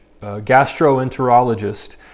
gastroenterologist